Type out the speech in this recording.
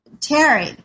terry